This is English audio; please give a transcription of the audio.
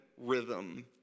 rhythm